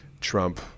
Trump